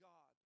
God